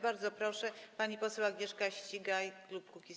Bardzo proszę, pani poseł Agnieszka Ścigaj, klub Kukiz’15.